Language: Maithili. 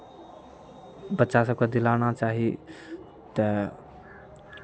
बच्चा सभकेँ दिलाना चाही तऽ